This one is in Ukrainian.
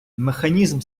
механізм